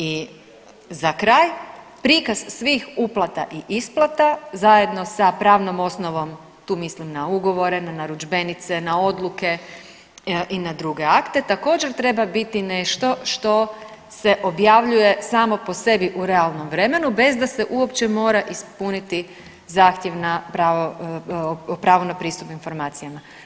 I za kraj prikaz svih uplata i isplata zajedno sa pravnom osnovom, tu mislim na ugovore, na narudžbenice, na odluke i na druge akte, također treba biti nešto što se objavljuje samo po sebi u realnom vremenu bez da se uopće mora ispuniti zahtjev na pravo, o pravu na pristup informacijama.